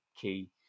key